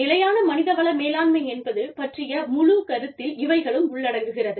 நிலையான மனித வள மேலாண்மை என்பது பற்றிய முழு கருத்தில் இவைகளும் உள்ளடங்குகிறது